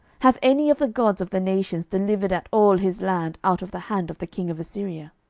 hath any of the gods of the nations delivered at all his land out of the hand of the king of assyria?